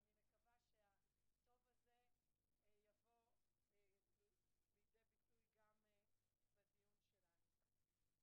אני מקווה שהטוב הזה יבוא לידי ביטוי גם בדיון שלנו.